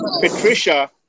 Patricia